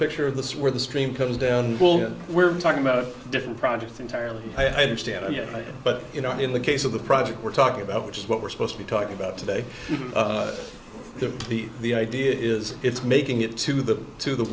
picture of this where the stream comes down we're talking about a different project entirely i don't stand here but you know in the case of the project we're talking about which is what we're supposed to be talking about today to be the idea is it's making it to the to the